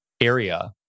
area